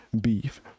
beef